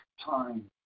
time